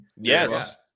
Yes